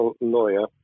lawyer